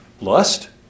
lust